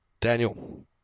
Daniel